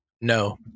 No